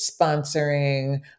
sponsoring